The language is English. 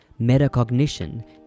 Metacognition